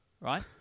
Right